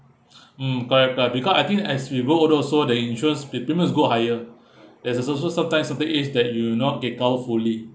mm correct correct because I think as we grow older also the insurance pre~ premium will go higher there's also sometimes certain age that you will not get cover fully